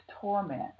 torment